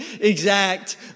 exact